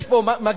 יש פה מגפה: